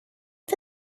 for